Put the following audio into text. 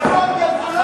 דמגוגיה זולה.